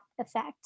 effect